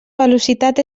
velocitat